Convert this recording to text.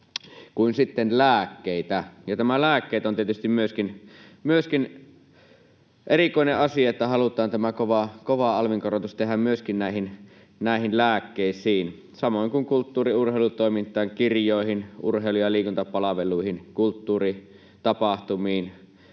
kuin sitten lääkkeitä, ja nämä lääkkeet ovat tietysti myöskin erikoinen asia, että halutaan tämä kova alvin korotus tehdä myöskin lääkkeisiin — samoin kuin kulttuuri- ja urheilutoimintaan, kirjoihin, urheilu- ja liikuntapalveluihin, kulttuuritapahtumiin